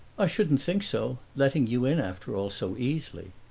i shouldn't think so letting you in after all so easily.